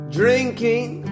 drinking